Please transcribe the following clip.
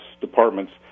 departments